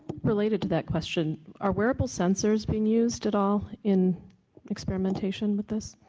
related to that question are wearable sensors being used at all in experimentation with this?